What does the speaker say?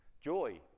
Joy